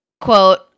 Quote